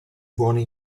buoni